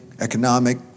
economic